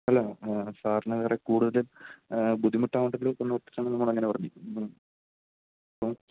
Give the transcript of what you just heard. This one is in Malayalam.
അല്ല സാർന് വേറെ കൂടുതൽ ബുദ്ധിമുട്ടാവണ്ടല്ലോ എന്നോർത്തിട്ടാണ് നമ്മൾ അങ്ങനെ പറഞ്ഞത് ഇപ്പം ആ